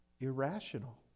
irrational